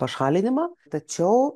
pašalinimą tačiau